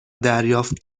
دریافت